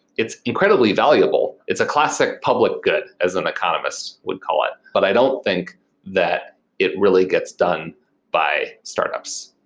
it's incredibly valuable. it's a classic public good as an economist would call it, but i don't think that it really gets done by startups.